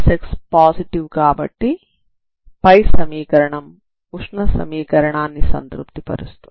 x positive కాబట్టి పై సమీకరణం ఉష్ణ సమీకరణాన్ని సంతృప్తి పరుస్తుంది